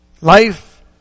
Life